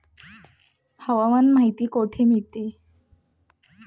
हवामान माहिती कुठे मिळते?